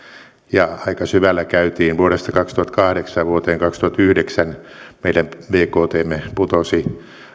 ja aika syvällä käytiin vuodesta kaksituhattakahdeksan vuoteen kaksituhattayhdeksän meidän bktmme putosi